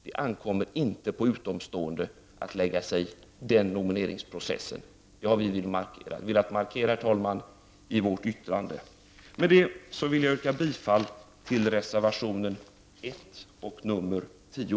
Det ankommer inte på utomstående att lägga sig i den nomineringsprocessen. Detta har vi, herr talman, velat markera genom vårt yttrande. Herr talman! Med det anförda vill jag yrka bifall till reservationerna nr 1 och nr 10.